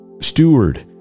steward